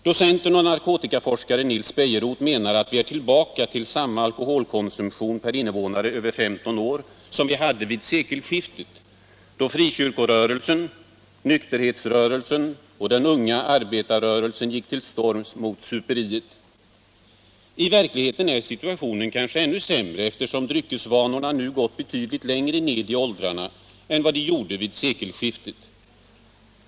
Docenten och narkotikaforskaren Nils Bejerot menar att vi är tillbaka till samma alkoholkonsumtion per invånare över 15 år som vi hade vid sekelskiftet då frikyrkorörelsen, nykterhetsrörelsen och den unga arbetarrörelsen gick till storms mot superiet. I verkligheten är situationen kanske ännu sämre, eftersom dryckesvanorna nu gått betydligt längre ned i åldrarna än vad de gjorde vid sekelskiftet.